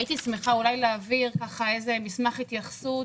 הייתי שמחה להעביר מסמך התייחסות,